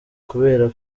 kubera